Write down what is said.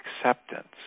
acceptance